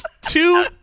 two